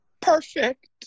Perfect